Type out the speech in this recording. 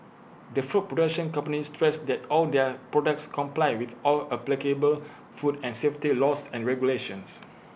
the food production company stressed that all their products comply with all applicable food and safety laws and regulations